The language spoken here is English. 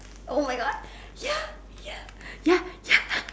!oh-my-God! ya ya ya ya